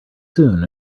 soon